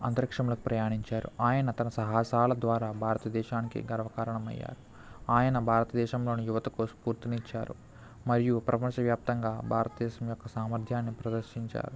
అంతరిక్షంలోకి ప్రయాణించారు ఆయన తన సాహాసాల ద్వారా భారతదేశానికి గర్వకారణమయ్యారు ఆయన భారతదేశంలోని యువతకు స్ఫూర్తినిచ్చారు మరియు ప్రపంచవ్యాప్తంగా భారతదేశం యొక్క సామర్ధ్యాన్ని ప్రదర్శించారు